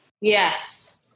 yes